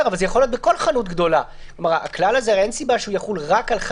הפיילוט הראשון שעובד על הברקוד.